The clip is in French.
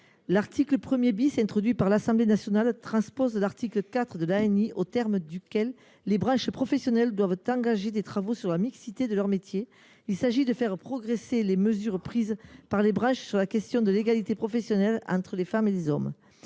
L’article 1 introduit par l’Assemblée nationale vise à transposer l’article 4 de l’ANI, aux termes duquel les branches professionnelles doivent engager des travaux sur la mixité de leur métier. Il s’agit de faire progresser les mesures prises par les branches sur la question de l’égalité professionnelle entre les femmes et les hommes.